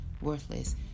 worthless